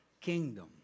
kingdom